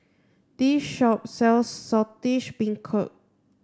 this shop sells Saltish Beancurd